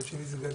השם שלי ד"ר גדי